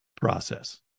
process